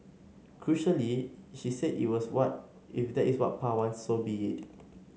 crucially she said it is what if that is what Pa wants so be it